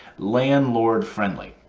landlord friendly.